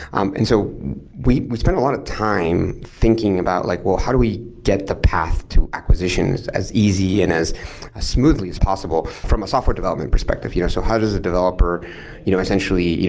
um and so we we spend a lot of time thinking about, like well, how do we get the path to acquisitions as easy and as ah smoothly as possible from a software development perspective? you know so how does a developer you know essentially,